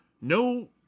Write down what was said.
no